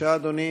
יצחק וקנין,